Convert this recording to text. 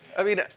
i mean,